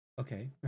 Okay